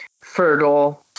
fertile